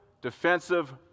defensive